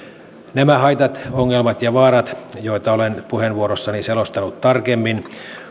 nämä haitat ongelmat ja vaarat joita olen puheenvuorossani selostanut tarkemmin